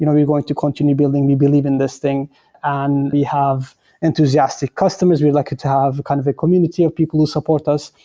you know we're going to continue building. we believe in this thing and we have enthusiastic customers. we like ah to have kind of a community of people who support us.